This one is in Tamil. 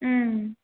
ம்